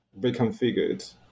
reconfigured